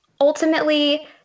ultimately